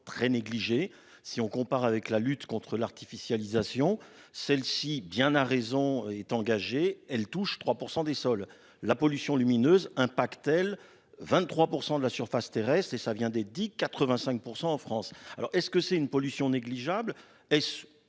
très négligée. Si on compare avec la lutte contre l'artificialisation celle-ci bien a raison est engagée, elle touche 3% des sols, la pollution lumineuse un pack tel 23% de la surface terrestre et ça vient des 10 85 % en France. Alors est-ce que c'est une pollution négligeable.